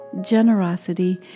generosity